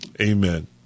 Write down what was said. amen